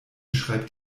schreibt